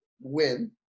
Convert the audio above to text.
win